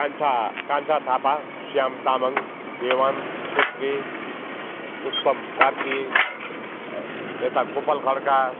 कान्छा कान्छा थापा श्याम तामाङ देवान छेत्री उत्तम कार्की यता गोपाल खड्का